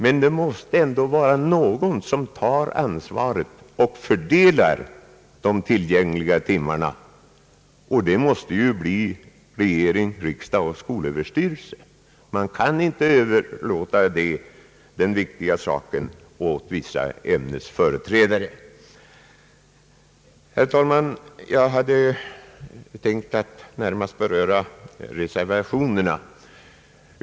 Men det måste ändå vara någon som tar ansvaret och fördelar de tillgängliga timmarna, och det måste ju bli regeringen, riksdagen och skolöverstyrelsen. Man kan inte överlåta denna viktiga sak åt vissa ämnesföreträdare. Herr talman! Jag hade tänkt att närmast beröra reservationerna.